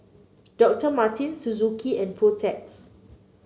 Doctor Martens Suzuki and Protex